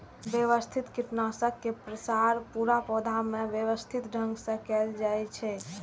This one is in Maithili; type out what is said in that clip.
व्यवस्थित कीटनाशक के प्रसार पूरा पौधा मे व्यवस्थित ढंग सं कैल जाइ छै